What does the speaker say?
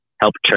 helped